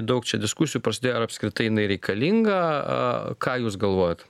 daug čia diskusijų prasidėjo ar apskritai jinai reikalinga ką jūs galvojat